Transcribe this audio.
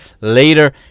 later